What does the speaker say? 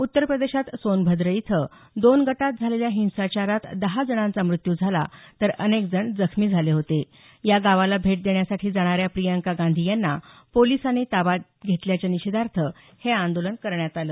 उत्तरप्रदेशात सोनभद्र इथं दोन गटात झालेल्या हिंसाचारात दहा जणांचा मृत्यू झाला तर अनेक जण जखमी झाले होते या गावाला भेट देण्यासाठी जाणाऱ्या प्रियंका गांधी यांना पोलिसांनी ताब्यात घेतल्याच्या निषेधार्थ हे आंदोलन करण्यात आलं